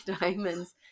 diamonds